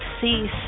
cease